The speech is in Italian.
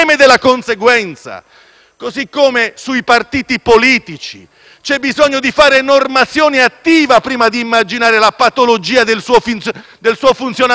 Così come sui partiti politici c'è bisogno di fare normazione attiva prima di immaginare la patologia del suo funzionamento e finanziamento.